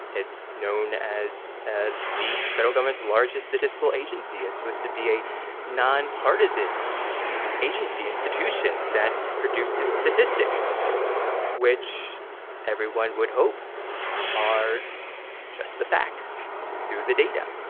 it's known as ah the federal government. the largest statistical agency is supposed to be a nonpartisan agency institution that produces statistics which everyone would hope are just the facts through the data.